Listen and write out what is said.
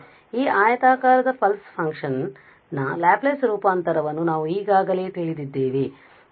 ಆದ್ದರಿಂದ ಈ ಆಯತಾಕಾರದ ಪಲ್ಸ್ ಫಂಕ್ಷನ್ನ ಲ್ಯಾಪ್ಲೇಸ್ ರೂಪಾಂತರವನ್ನು ನಾವು ಈಗಾಗಲೇ ತಿಳಿದಿದ್ದೇವೆ